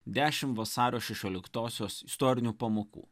dešimt vasario šešioliktosios istorinių pamokų